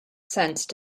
sensed